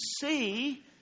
see